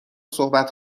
صحبت